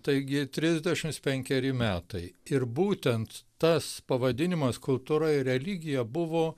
taigi trisdešimts penkeri metai ir būtent tas pavadinimas kultūra ir religija buvo